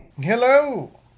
Hello